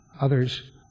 other's